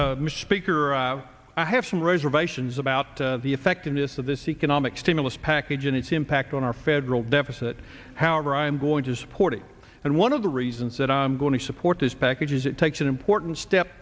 or i have some reservations about the effectiveness of this economic stimulus package and its impact on our federal deficit however i'm going to support it and one of the reasons that i'm going to support this package is it takes an import in step